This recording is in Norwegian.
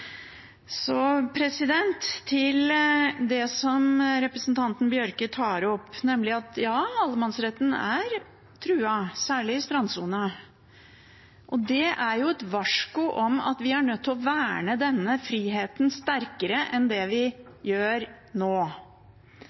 Så til det som representanten Bjørke tar opp: Ja, allemannsretten er truet, særlig i strandsonen, og det er et varsku om at vi er nødt til å verne denne friheten sterkere enn det vi gjør nå.